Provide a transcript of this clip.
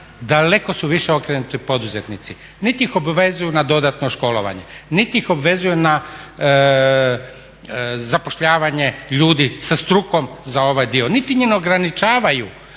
daleko su više okrenuti poduzetnici. Niti ih obvezuju na dodatno školovanje, niti ih obvezuju na zapošljavanje ljudi sa strukom za ovaj dio. Niti im ograničavaju